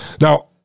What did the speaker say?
Now